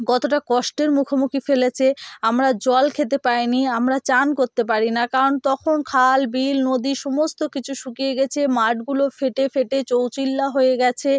কতটা কষ্টের মুখোমুখি ফেলেছে আমরা জল খেতে পাই নি আমরা চান করতে পারি না কারণ তখন খাল বিল নদী সমস্ত কিছু শুকিয়ে গেছে মাঠগুলো ফেটে ফেটে চৌচিল্লা হয়ে গেছে